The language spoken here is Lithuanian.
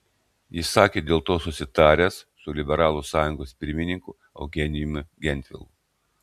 jis sakė dėl to susitaręs su liberalų sąjungos pirmininku eugenijumi gentvilu